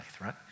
right